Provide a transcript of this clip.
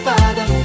Father